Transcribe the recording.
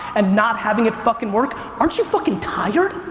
and not having it fuckin' work? aren't you fuckin' tired?